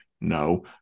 No